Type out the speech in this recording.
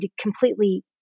completely